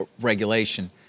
regulation